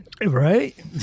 Right